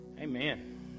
Amen